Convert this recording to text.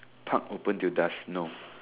park open till dusk no